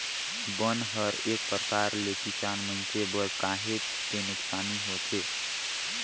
बन हर एक परकार ले किसान मइनसे बर काहेच के नुकसानी होथे